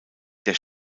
des